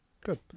good